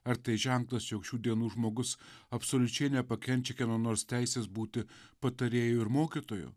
ar tai ženklas jog šių dienų žmogus absoliučiai nepakenčia kieno nors teisės būti patarėju ir mokytoju